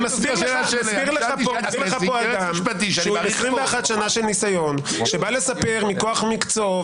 מסביר לך כאן אדם שהוא עם ניסיון של 21 שנים ובא לספר מכוח מקצועו,